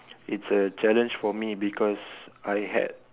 it's a challenge for me because I had